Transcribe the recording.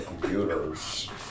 Computers